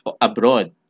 abroad